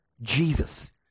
Jesus